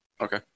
Okay